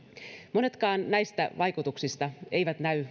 monetkaan näistä vaikutuksista eivät näy